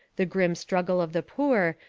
the grim struggle of the poor,